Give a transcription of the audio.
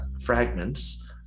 fragments